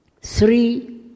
three